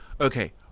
Okay